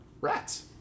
rats